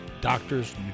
doctors